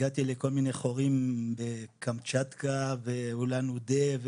הגעתי לכל מיני חורים בקמצ'טקה ואולן אודה,